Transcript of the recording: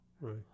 Right